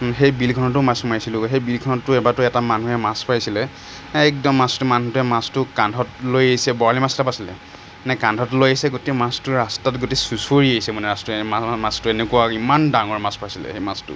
সেই বিলখনতো মাছ মাৰিছিলোঁগৈ সেই বিলখনতো এবাৰতো এটা মানুহে মাছ পাইছিলে একদম মাছটো মানুহটোৱে মাছটো কান্ধত লৈ আহিছে বৰালি মাছ এটা পাইছিলে এনেকে কান্ধত লৈ আহিছে গোটেই মাছটো ৰাস্তাত গোটেই চুঁচৰি আহিছে মানে মানুহে মাছটোৱে এনেকুৱা ইমান ডাঙৰ মাছ পাইছিলে সেই মাছটো